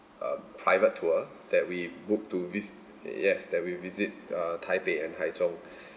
uh private tour that we booked to vis~ yes that we visit uh 台北 and 台中